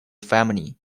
family